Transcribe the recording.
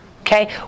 Okay